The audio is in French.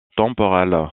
temporelle